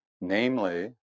Namely